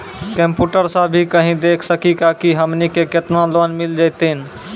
Computer सा भी कही देख सकी का की हमनी के केतना लोन मिल जैतिन?